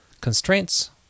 Constraints